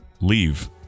leave